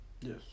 Yes